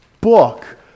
book